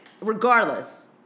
regardless